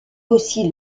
aussi